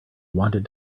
wanted